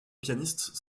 pianiste